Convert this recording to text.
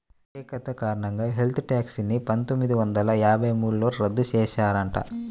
వ్యతిరేకత కారణంగా wealth tax ని పందొమ్మిది వందల యాభై మూడులో రద్దు చేశారట